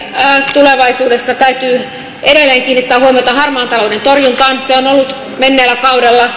tulevaisuudessa täytyy edelleen kiinnittää huomiota harmaan talouden torjuntaan se on ollut menneellä kaudella